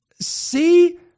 See